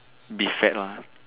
be fat lah